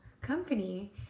company